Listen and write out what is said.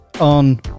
on